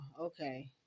Okay